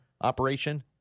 operation